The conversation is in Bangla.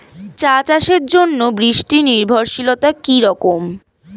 চা চাষের জন্য বৃষ্টি নির্ভরশীলতা কী রকম?